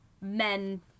men